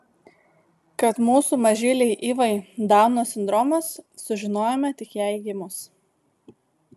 kad mūsų mažylei ivai dauno sindromas sužinojome tik jai gimus